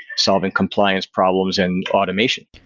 solving compliance problems and automation.